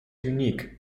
unique